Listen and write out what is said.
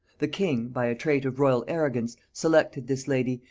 the king, by a trait of royal arrogance, selected this lady,